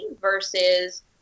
versus